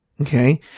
Okay